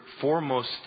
foremost